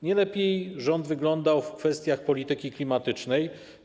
Nie lepiej rząd wyglądał w kwestiach polityki klimatycznej.